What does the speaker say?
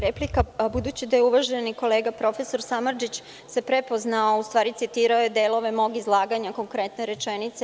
Replika, budući da je uvaženi kolega prof. Samardžić se prepoznao, tj. citirao je delove mog izlaganja, konkretno rečenice.